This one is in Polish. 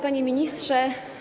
Panie Ministrze!